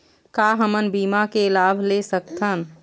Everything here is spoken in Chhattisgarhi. का हमन बीमा के लाभ ले सकथन?